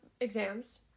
exams